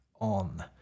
on